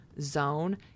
zone